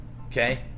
Okay